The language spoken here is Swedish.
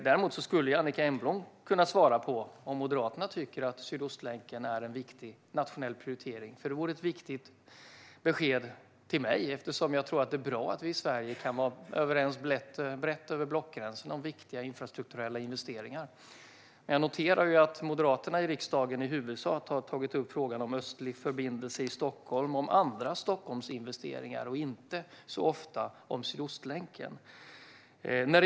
Däremot skulle Annicka Engblom kunna svara på frågan om Moderaterna tycker att Sydostlänken är en viktig nationell prioritering. Det vore ett viktigt besked till mig, eftersom jag tror att det är bra att vi i Sverige kan vara överens brett över blockgränserna om viktiga infrastrukturella investeringar. Jag noterar att Moderaterna i riksdagen i huvudsak har tagit upp frågan om östlig förbindelse i Stockholm och andra Stockholmsinvesteringar och inte så ofta frågan om Sydostlänken.